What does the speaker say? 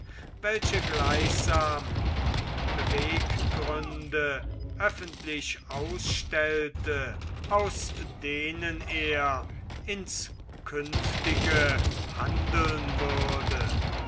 welche gleichsam die beweggründe öffentlich ausstellte aus denen er ins künftige handeln würde